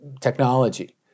technology